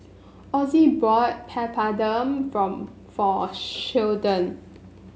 Ossie bought Papadum from for Sheldon